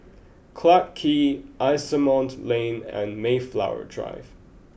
Clarke Quay Asimont Lane and Mayflower Drive